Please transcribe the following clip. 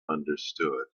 understood